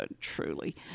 truly